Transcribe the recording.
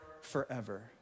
forever